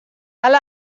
alt